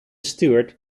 stuart